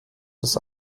bis